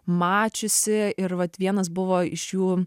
mačiusi ir vat vienas buvo iš jų